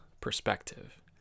perspective